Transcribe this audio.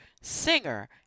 singer